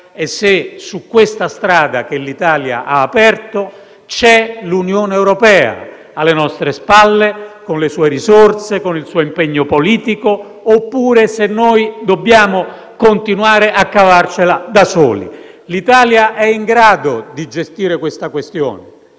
è se, su questa strada che l'Italia ha aperto, c'è l'Unione europea alle nostre spalle, con le sue risorse e con il suo impegno politico, o se dobbiamo continuare a cavarcela da soli. L'Italia è in grado di gestire tale questione,